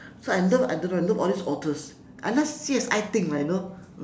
so I love I don't know I love all these authors I like C_S_I things lah you know